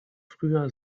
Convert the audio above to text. früher